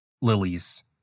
lilies